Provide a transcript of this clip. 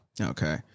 Okay